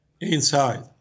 inside